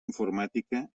informàtica